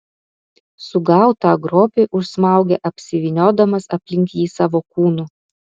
sugautą grobį užsmaugia apsivyniodamas aplink jį savo kūnu